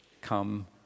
come